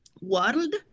world